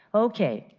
okay,